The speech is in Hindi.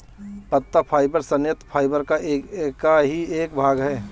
पत्ता फाइबर संयंत्र फाइबर का ही एक भाग है